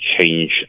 change